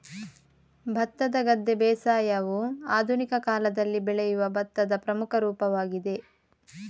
ಭತ್ತದ ಗದ್ದೆ ಬೇಸಾಯವು ಆಧುನಿಕ ಕಾಲದಲ್ಲಿ ಬೆಳೆಯುವ ಭತ್ತದ ಪ್ರಮುಖ ರೂಪವಾಗಿದೆ